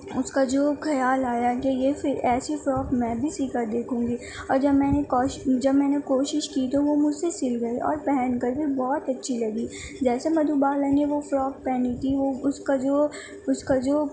اُس کا جو خیال آیا کہ یہ پھر ایسی فروک میں بھی سی کر دیکھوں گی اور جب میں کوشش جب میں نے کوشش کی تو وہ مجھ سے سِل گئی اور پہن کر بھی بہت اچھی لگی جیسے مدھو بالا نے وہ فروک پہنی تھی وہ اُس کا جو اُس کا جو